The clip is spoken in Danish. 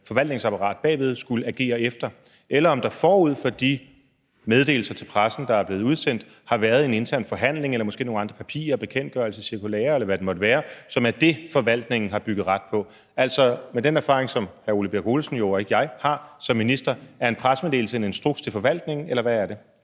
forvaltningsapparat bagved skulle agere efter, eller om der forud for de meddelelser til pressen, der er blevet udsendt, har været en intern forhandling eller måske nogle andre papirer, bekendtgørelser, cirkulærer, eller hvad det måtte være, som er det, forvaltningen har bygget ret på. Altså, med den erfaring, som hr. Ole Birk Olesen, og ikke jeg, jo har som minister, er en pressemeddelelse så en instruks til forvaltningen, eller hvad er det?